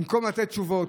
במקום לתת תשובות,